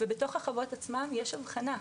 בתוך החוות עצמן יש הבחנה,